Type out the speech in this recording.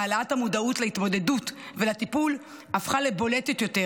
העלאת המודעות להתמודדות ולטיפול הפכה לבולטת יותר